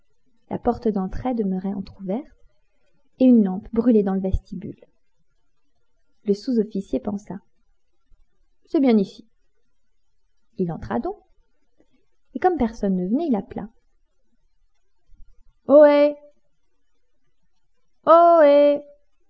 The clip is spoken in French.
la porte d'entrée demeurait entr'ouverte et une lampe brûlait dans le vestibule le sous-officier pensa c'est bien ici il entra donc et comme personne ne venait il appela ohé ohé